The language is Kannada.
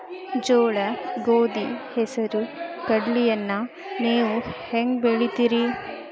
ಜೋಳ, ಗೋಧಿ, ಹೆಸರು, ಕಡ್ಲಿಯನ್ನ ನೇವು ಹೆಂಗ್ ಬೆಳಿತಿರಿ?